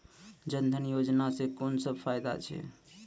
जनधन योजना सॅ कून सब फायदा छै?